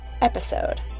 episode